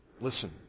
Listen